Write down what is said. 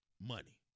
Money